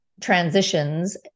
transitions